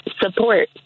support